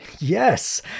Yes